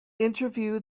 interview